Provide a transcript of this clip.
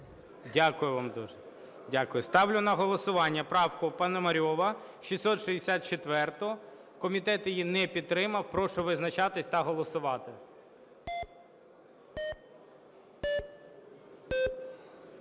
Дякую вам дуже. Дякую. Ставлю на голосування правку Пономарьова 664-у. Комітет її не підтримав. Прошу визначатись та голосувати.